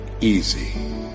easy